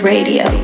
Radio